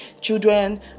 children